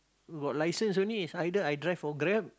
got license only is either I drive or Grab